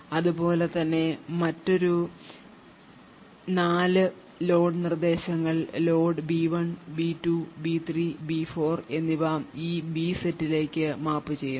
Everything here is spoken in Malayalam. അതുപോലെ തന്നെ മറ്റൊരു നാല് ലോഡ് നിർദ്ദേശങ്ങൾ load B 1 B 2 B 3 B 4 എന്നിവ ഈ ബി സെറ്റിലേക്ക് മാപ്പുചെയ്യുന്നു